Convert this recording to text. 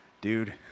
dude